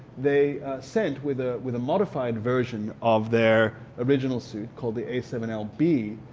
they sent with ah with a modified version of their original suit called the a seven l b,